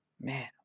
man